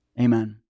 Amen